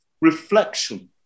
reflection